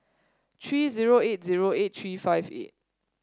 three zero eight zero eight three five eight